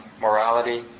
morality